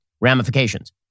ramifications